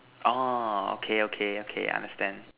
orh okay okay okay understand